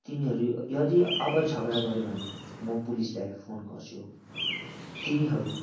तिमीहरू यदि अब झगडा गऱ्यो भने मो पुलिसलाई फोन गर्छु तिनीहरू